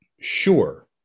sure